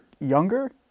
younger